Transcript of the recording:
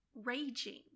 raging